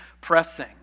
pressing